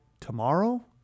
tomorrow